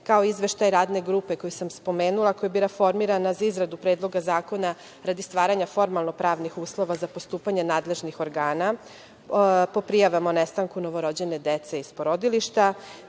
kao i izveštaj radne grupe koju sam spomenula, koja je bila formirana za izradu Predloga zakona radi stvaranja formalno pravnih uslova za postupanje nadležnih organa po prijavama o nestanku novorođene dece iz porodilišta.